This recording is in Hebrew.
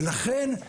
ולכן,